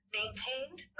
maintained